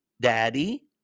daddy